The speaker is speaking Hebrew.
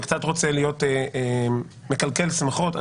מקלקל שמחות.